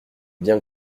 bien